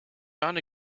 found